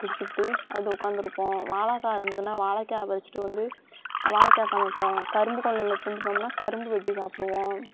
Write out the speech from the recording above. குடிச்சிவிட்டு வந்து உக்காந்திருப்போம் வாழைக்கா இருந்ததுனா வாழைக்காய் பறித்துட்டு வந்து வாழைக்காய் சமைப்போம் கரும்பு கொல்லையில் பூந்துவிட்டோம்னா கரும்பு வெட்டி சாப்பிடுவோம்